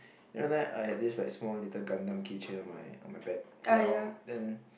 you know that I had this small little Gundam keychain on my on my bag on my then